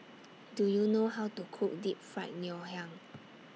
Do YOU know How to Cook Deep Fried Ngoh Hiang